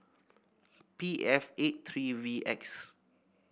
P F eight three V X